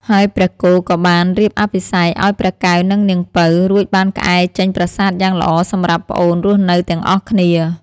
ហើយព្រះគោក៏បានរៀបអភិសេកឲ្យព្រះកែវនិងនាងពៅ រួចបានក្អែចេញប្រាសាទយ៉ាងល្អសម្រាប់ប្អូនរស់នៅទាំងអស់គ្នា។